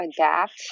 adapt